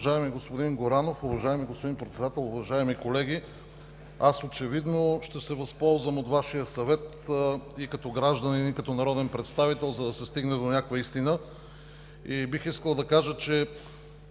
Уважаеми господин Горанов, уважаеми господин Председател, уважаеми колеги! Аз очевидно ще се възползвам от Вашия съвет и като гражданин, и като народен представител, за да се стигне до някаква истина. Бих искал да кажа, че